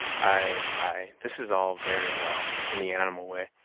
ay, ay, this is all very well, in the animal way,